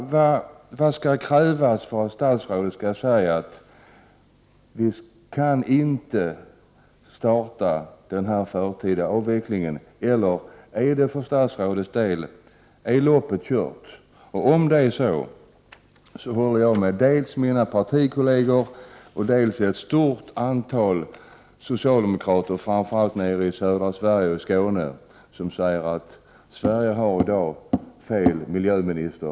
Vad krävs för att statsrådet skall säga att vi inte kan starta den förtida avvecklingen, eller är loppet kört för statsrådets del? Om det är så håller jag med dels mina partikolleger, dels ett stort antal socialdemokrater — framför allt i södra Sverige — som säger att Sverige i dag har fel miljöminister.